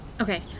Okay